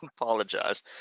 apologize